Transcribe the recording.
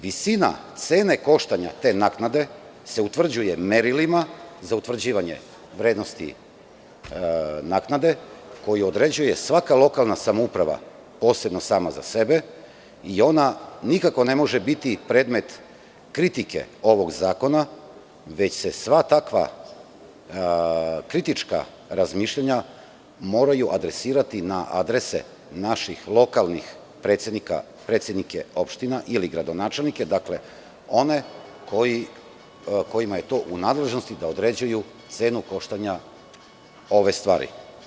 Visina cene koštanja te naknade se utvrđuje merilima za utvrđivanje vrednosti naknade koju određuje svaka lokalna samouprava posebno sama za sebe i ona nikako ne može biti predmet kritike ovog zakona, već se sva takva kritička razmišljanja moraju adresirati na adrese naših lokalnih predsednika, predsednika lokalnih samouprava i gradonačelnike, one kojima je to u nadležnosti da određuju cenu koštanja ove stvari.